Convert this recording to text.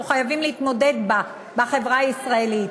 חייבים להתמודד אתה בחברה הישראלית.